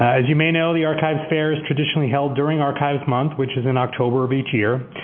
as you may know, the archives fair is traditionally held during archives month which is in october of each year.